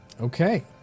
Okay